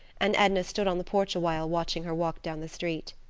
and edna stood on the porch a while watching her walk down the street.